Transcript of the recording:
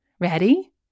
Ready